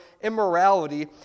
immorality